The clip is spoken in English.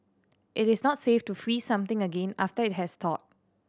it is not safe to freeze something again after it has thawed